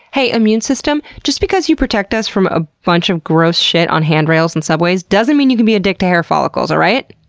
hey, immune system! just because you protect us from a bunch of gross shit on handrails and subways doesn't mean you can be a dick to hair follicles, alright?